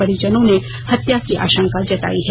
परिजनों ने हत्या की आशंका जताई है